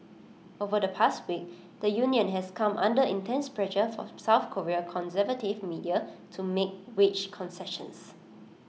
over the past week the union has come under intense pressure from south Korean conservative media to make wage concessions